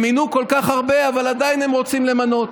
הם מינו כל כך הרבה, אבל עדיין הם רוצים למנות.